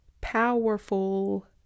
powerful